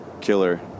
killer